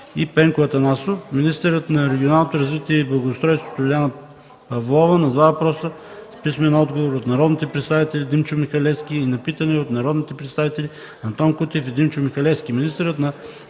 Пенко Атанасов; - министърът на регионалното развитие и благоустройството Лиляна Павлова – на 2 въпроса с писмен отговор на народния представител Димчо Михалевски и на питане от народните представители Антон Кутев и Димчо Михалевски;